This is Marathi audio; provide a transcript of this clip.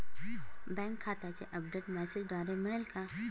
बँक खात्याचे अपडेट मेसेजद्वारे मिळेल का?